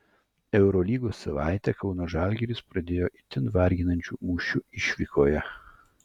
eurolygos savaitę kauno žalgiris pradėjo itin varginančiu mūšiu išvykoje